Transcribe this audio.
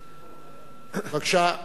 בבקשה.